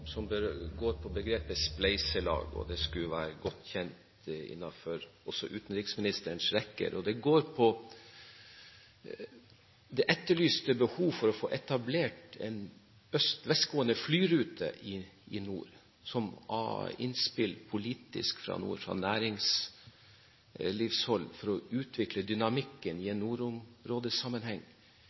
spleiselag – noe som skulle være godt kjent også innenfor utenriksministerens rekker. Det går på behovet for å få etablert en øst–vest-gående flyrute i nord. Det har vært innspill fra politisk hold og fra næringslivshold for å utvikle dynamikken i en nordområdesammenheng.